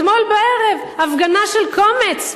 אתמול בערב, הפגנה של קומץ,